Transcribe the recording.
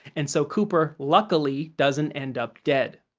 and so cooper luckily doesn't end up dead.